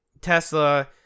Tesla